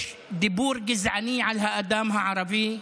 יש דיבור גזעני על האדם הערבי.